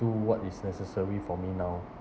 do what is necessary for me now